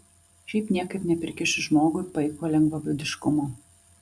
čia niekaip neprikiši žmogui paiko lengvabūdiškumo